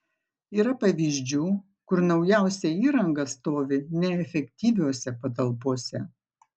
yra pavyzdžių kur naujausia įranga stovi neefektyviose patalpose